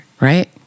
Right